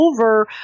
over